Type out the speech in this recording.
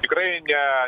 tikrai ne